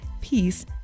peace